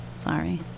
Sorry